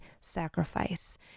sacrifice